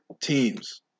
teams